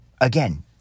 Again